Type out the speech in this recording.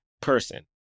person